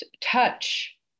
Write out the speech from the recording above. touch